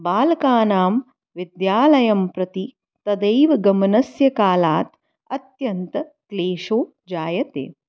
बालकानां विद्यालयं प्रति तदेव गमनस्य कालात् अत्यन्तक्लेशो जायते